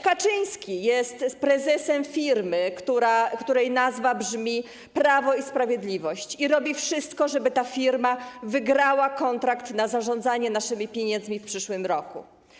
Kaczyński jest prezesem firmy, której nazwa brzmi: Prawo i Sprawiedliwość i robi wszystko, żeby ta firma wygrała kontrakt na zarządzanie naszymi pieniędzmi w przyszłym roku.